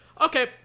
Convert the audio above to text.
Okay